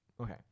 Okay